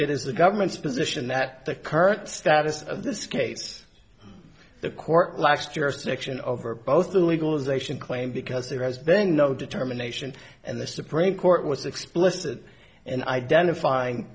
it is the government's position that the current status of this case the court last year section over both the legalisation claim because there has been no determination and the supreme court was explicit and identifying